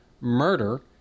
murder